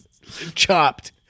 Chopped